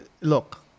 Look